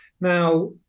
Now